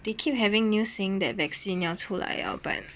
they keep having news seeing that vaccine 要出来 liao but